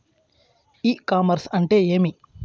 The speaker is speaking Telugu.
ఇ కామర్స్ అంటే ఏమి?